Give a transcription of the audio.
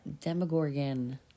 Demogorgon